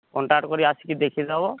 contact କରି ଆସିକି ଦେଖିଦେବ